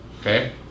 okay